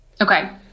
Okay